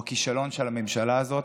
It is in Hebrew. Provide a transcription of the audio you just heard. הוא הכישלון של הממשלה הזאת.